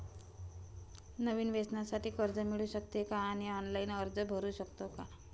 नवीन व्यवसायासाठी कर्ज मिळू शकते का आणि ऑनलाइन अर्ज करू शकतो का?